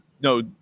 no